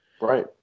Right